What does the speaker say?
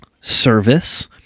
service